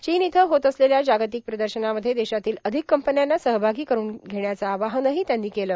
चीन इथं होत असलेल्या जार्गातक प्रदशनामध्ये देशातील अधिक कंपन्यांना सहभागी करून घेण्याचे आवाहनही त्यांनी केल